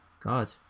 God